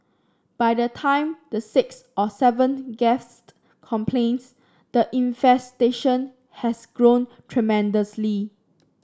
by the time the sixth or seventh guest complains the infestation has grown tremendously